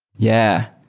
yeah.